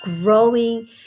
growing